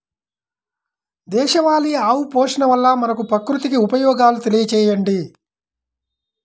దేశవాళీ ఆవు పోషణ వల్ల మనకు, ప్రకృతికి ఉపయోగాలు తెలియచేయండి?